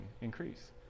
increase